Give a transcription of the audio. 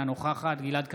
אינה נוכחת גלעד קריב?